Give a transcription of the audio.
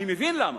אני מבין למה.